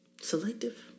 selective